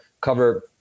cover